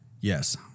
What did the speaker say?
Yes